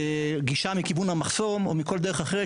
גישה מכיוון המחסום או מכל דרך אחרת,